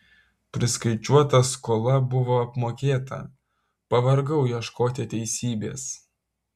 priskaičiuota skola buvo apmokėta pavargau ieškoti teisybės